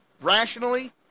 rationally